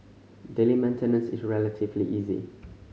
daily maintenance is relatively easy